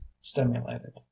stimulated